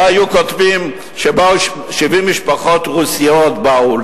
או היו כותבים ש-70 משפחות רוסיות באו,